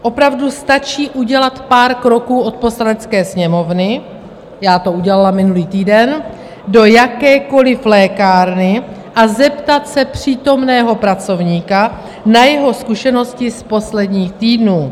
Opravdu stačí udělat pár kroků od Poslanecké sněmovny já to udělala minulý týden do jakékoli lékárny a zeptat se přítomného pracovníka na jeho zkušenosti z posledních týdnů.